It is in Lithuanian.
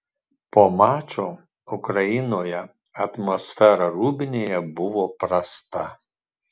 po mačo ukrainoje atmosfera rūbinėje buvo prasta